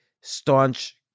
staunch